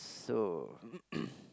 so